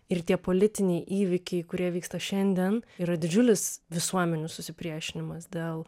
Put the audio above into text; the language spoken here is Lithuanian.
ir tie politiniai įvykiai kurie vyksta šiandien yra didžiulis visuomenių susipriešinimas dėl